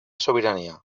sobirania